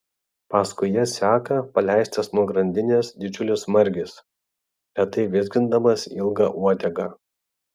paskui jas seka paleistas nuo grandinės didžiulis margis lėtai vizgindamas ilgą uodegą